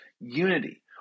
unity